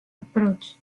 approach